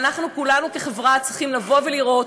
ואנחנו כולנו כחברה צריכים לבא ולראות